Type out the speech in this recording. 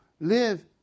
Live